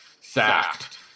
sacked